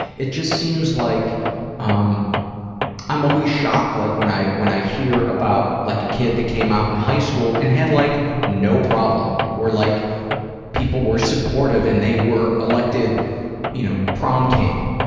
it just seems like um i'm always shocked like when i when i hear about like a kid that came out in high school and had like no problem, or like people were supportive and they were elected you know prom king.